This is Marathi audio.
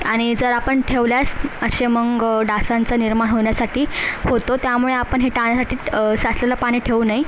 आणि जर आपण ठेवल्यास असे मग डासांचा निर्माण होण्यासाठी होतो त्यामुळे आपण हे टाळण्यासाठी साचलेलं पाणी ठेवू नाही